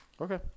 okay